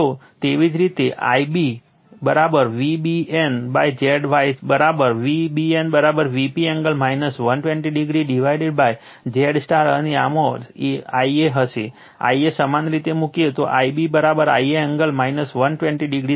તો એવી જ રીતે Ib Vbn ZY બરાબર V bn Vp angle 120o ડિવાઇડેડZY અને આમાં Ia હશે Ia સમાન રીતે મુકીએ તેથી Ib Ia એંગલ 120o થશે